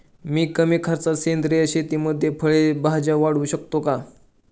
मी कमी खर्चात सेंद्रिय शेतीमध्ये फळे भाज्या वाढवू शकतो का?